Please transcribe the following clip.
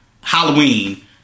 Halloween